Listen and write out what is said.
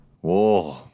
Whoa